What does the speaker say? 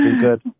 good